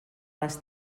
les